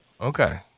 Okay